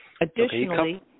Additionally